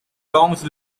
tongs